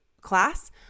class